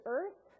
Earth